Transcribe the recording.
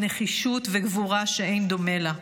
נחישות וגבורה שאין דומה לה.